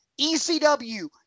ECW